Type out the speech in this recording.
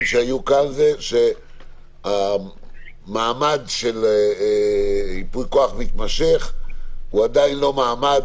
התיאורים שהיו כאן שהמעמד על ייפוי כוח מתמשך הוא עדיין לא מעמד